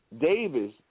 Davis